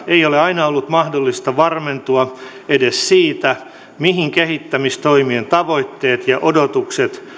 ei ole aina ollut mahdollista varmentua edes siitä mihin kehittämistoimien tavoitteet ja odotukset